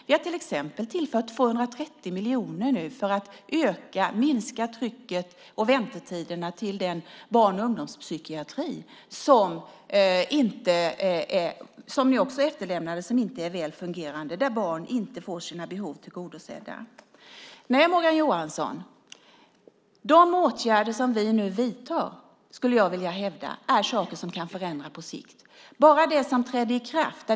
Vi har till exempel tillfört 230 miljoner för att minska trycket och väntetiderna till barn och ungdomspsykiatrin. Ni lämnade också här något som inte fungerade väl och där barn inte får sina behov tillgodosedda. Nej, Morgan Johansson, de åtgärder som vi nu vidtar är saker som kan förändra på sikt.